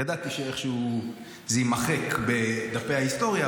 ידעתי שאיכשהו זה יימחק מדפי ההיסטוריה,